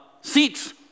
seats